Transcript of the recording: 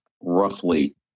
roughly